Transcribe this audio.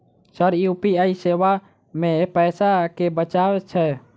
Sir UPI सेवा मे पैसा केँ बचाब छैय?